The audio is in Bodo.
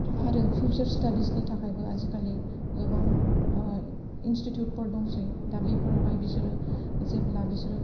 आरो फिउचार स्टाडिसनि थाखायबो आजिखालि गोबां इनस्टिटिउटफोर दंसै दा बेफोरावहाइ बिसोरो जेब्ला बिसोरो